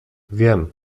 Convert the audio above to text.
wiem